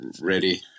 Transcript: ready